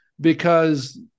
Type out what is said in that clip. because-